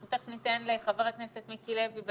אנחנו תיכף ניתן לחבר הכנסת מיקי לוי.